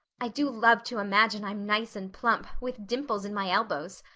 i do love to imagine i'm nice and plump, with dimples in my elbows.